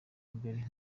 mbere